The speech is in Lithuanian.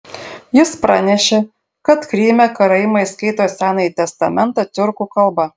jis pranešė kad kryme karaimai skaito senąjį testamentą tiurkų kalba